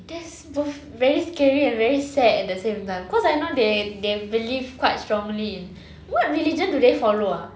wait that's both very scary and very sad at the same time cause I know they they believe quite strongly in what religion do they follow ah